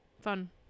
Fun